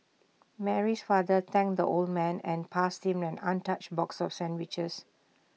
Mary's father thanked the old man and passed him an untouched box of sandwiches